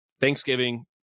Thanksgiving